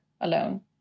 alone